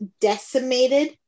decimated